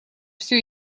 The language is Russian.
всё